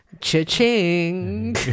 Cha-ching